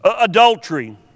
adultery